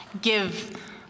give